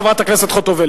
חברת הכנסת ציפי חוטובלי,